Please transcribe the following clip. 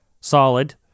solid